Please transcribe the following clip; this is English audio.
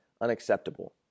unacceptable